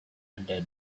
ada